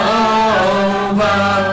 over